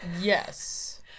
Yes